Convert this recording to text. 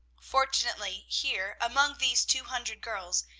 fortunately here, among these two hundred girls,